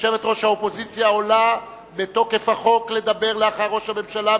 יושבת-ראש האופוזיציה עולה בתוקף החוק לדבר לאחר ראש הממשלה,